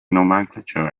nomenclature